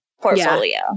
portfolio